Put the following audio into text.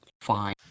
fine